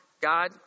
God